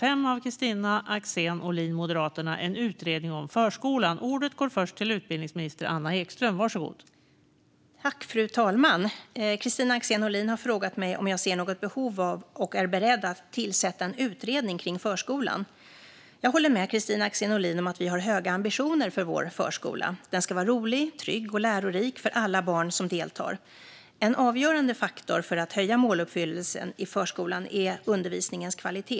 Fru talman! Kristina Axén Olin har frågat mig om jag ser något behov av och är beredd att tillsätta en utredning kring förskolan. Jag håller med Kristina Axén Olin om att vi har höga ambitioner för vår förskola. Den ska vara rolig, trygg och lärorik för alla barn som deltar. En avgörande faktor för att höja måluppfyllelsen i förskolan är undervisningens kvalitet.